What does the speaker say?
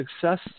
success